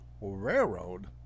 railroad